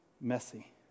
messy